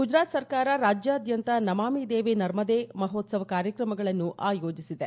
ಗುಜರಾತ್ ಸರ್ಕಾರ ರಾಜ್ಯಾದ್ಯಂತ ನಮಾಮಿ ದೇವಿ ನರ್ಮದೇ ಮಹೋತ್ಸವ್ ಕಾರ್ಯಕ್ರಮಗಳನ್ನು ಆಯೋಜಿಸಿದೆ